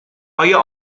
آیا